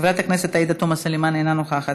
חברת הכנסת יעל גרמן, אינה נוכחת,